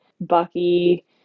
Bucky